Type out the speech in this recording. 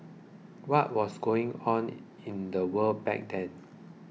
what was going on in the world back then